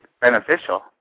beneficial